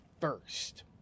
first